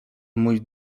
mój